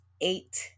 eight